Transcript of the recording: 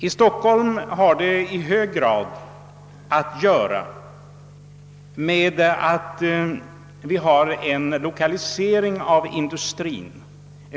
I Stockholm beror detta i hög grad på lokaliseringen av industrin.